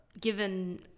given